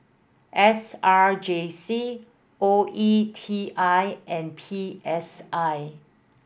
S R J C O E T I and P S I